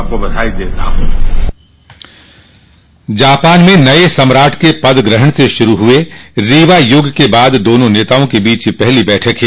आपको बधाई देता हू जापान में नये सम्राट के पद ग्रहण से शुरू हुए रीवा यूग के बाद दोनों नेताओं के बीच यह पहली बैठक है